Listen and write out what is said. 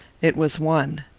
it was one.